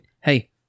Hey